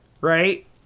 Right